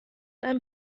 ein